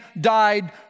died